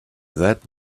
that